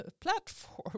platform